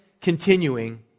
continuing